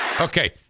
Okay